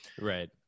right